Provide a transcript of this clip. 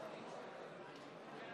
להלן